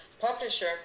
publisher